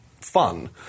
fun